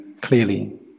clearly